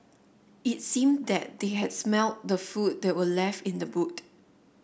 it seemed that they had smelt the food that were left in the boot